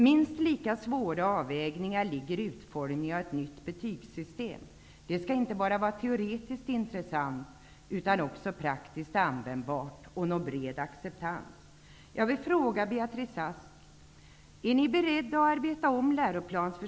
Minst lika svåra avvägningar ligger i utformningen av ett nytt betygssystem. Det skall inte bara vara teoretiskt intressant utan också praktiskt användbart och nå bred acceptans.